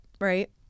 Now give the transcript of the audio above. right